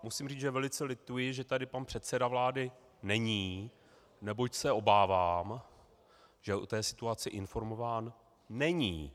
Musím říct, že velice lituji, že tady pan předseda vlády není, neboť se obávám, že o té situaci informován není.